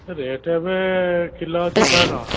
rate ଏବେ kilo ଅଛି ଶହେ ଟଙ୍କା